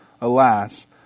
alas